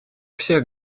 всех